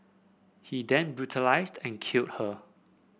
he then brutalised and killed her